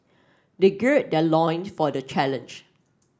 they gird their loin for the challenge